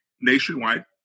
nationwide